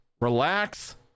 relax